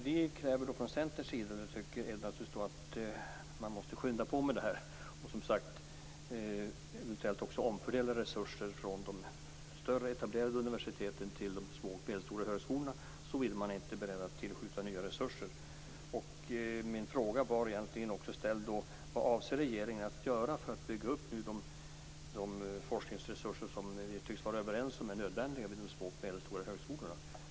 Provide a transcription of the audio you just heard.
Vi i Centern tycker naturligtvis att man måste skynda på med detta och eventuellt också omfördela resurser från de större etablerade universiteten till de små och medelstora högskolorna såvida man inte är beredd att tillskjuta nya resurser. Den fråga som jag ställde var egentligen: Vad avser regeringen att göra för att bygga upp de forskningsresurser som vi tycks vara överens är nödvändiga vid de små och medelstora högskolorna?